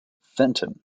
fenton